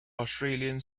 australian